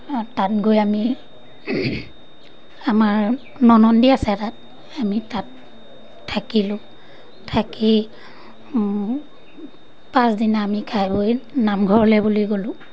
তাত গৈ আমি আমাৰ ননন্দী আছে তাত আমি তাত থাকিলোঁ থাকি পাছদিনা আমি খাই বৈ নামঘৰলৈ বুলি গ'লোঁ